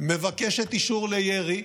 מבקשת אישור לירי,